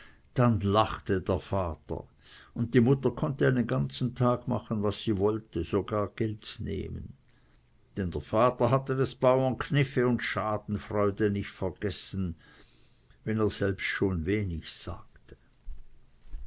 dann lachte der vater und die mutter konnte einen ganzen tag machen was sie wollte sogar geld nehmen denn der vater hatte des bauern kniffe und schadenfreude nicht vergessen wenn er selbst schon wenig sagte